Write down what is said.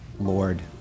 Lord